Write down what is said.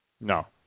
No